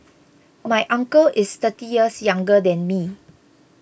my uncle is thirty years younger than me